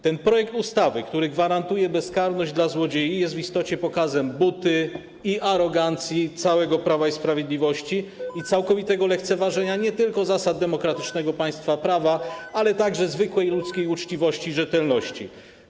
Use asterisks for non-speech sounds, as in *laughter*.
Ten projekt ustawy, który gwarantuje bezkarność złodziejom, jest w istocie pokazem buty i arogancji całego Prawa i Sprawiedliwości *noise* i całkowitego lekceważenia nie tylko zasad demokratycznego państwa prawa, ale także zwykłej ludzkiej uczciwości i rzetelności.